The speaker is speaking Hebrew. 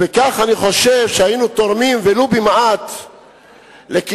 אני חושב שבכך היינו תורמים ולו במעט לקידומו